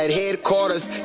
headquarters